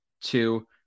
two